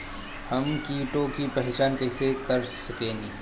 हम कीटों की पहचान कईसे कर सकेनी?